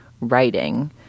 writing